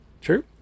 True